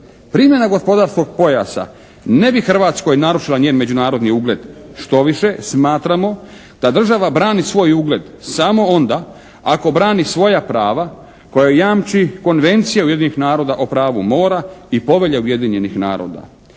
Primjena gospodarskog pojasa ne bi Hrvatskoj narušila njen međunarodni ugled. Štoviše smatramo da država brani svoj ugled samo onda ako brani svoja prava koja joj jamči Konvencija Ujedinjenih naroda o pravu mora i povelja Ujedinjenih naroda.